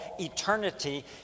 eternity